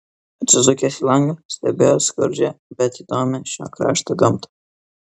atsisukęs į langą stebėjo skurdžią bet įdomią šio krašto gamtą